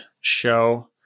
show